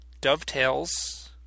dovetails